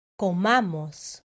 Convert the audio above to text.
comamos